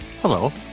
Hello